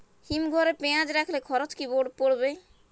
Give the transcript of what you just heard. হিম ঘরে পেঁয়াজ রাখলে খরচ কি পড়বে?